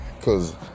Cause